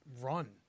run